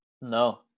no